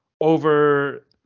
over